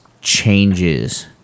changes